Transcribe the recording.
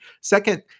Second